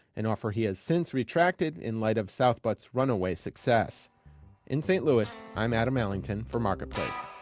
an offer he has since retracted in light of south butt's runaway success in st. louis, i'm adam allington for marketplace